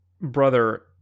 brother